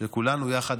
של כולנו יחד,